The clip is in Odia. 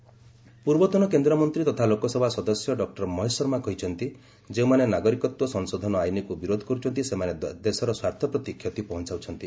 ତେଲଙ୍ଗାନା ସିଏଏ ପୂର୍ବତନ କେନ୍ଦ୍ରମନ୍ତ୍ରୀ ତଥା ଲୋକସଭା ସଦସ୍ୟ ଡକୁର ମହେଶ ଶର୍ମା କହିଛନ୍ତି ଯେଉଁମାନେ ନାଗରିକତ୍ୱ ସଂଶୋଧନ ଆଇନକୁ ବିରୋଧ କରୁଛନ୍ତି ସେମାନେ ଦେଶର ସ୍ୱାର୍ଥ ପ୍ରତି କ୍ଷତି ପହଞ୍ଚାଉଛନ୍ତି